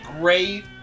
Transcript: great